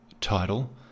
title